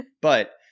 but-